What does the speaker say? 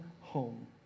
home